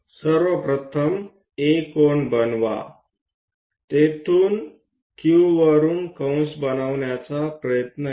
सर्व प्रथम A कोन बनवा तेथून Q वरून कंस बनवण्याचा प्रयत्न करा